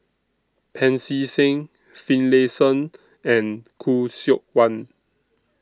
Pancy Seng Finlayson and Khoo Seok Wan